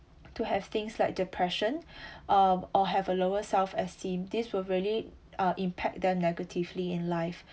to have things like depression um or have a lower self esteem these were really uh impact them negatively in life